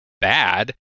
bad